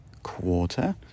quarter